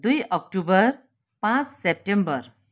दुई अक्टोबर पाँच सेप्टेम्बर